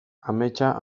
ametsa